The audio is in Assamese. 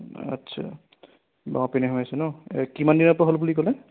আচ্ছা বাওঁপিনে হৈ আছে ন কিমান দিনৰ পৰা হ'ল বুলি ক'লে